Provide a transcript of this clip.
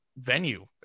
venue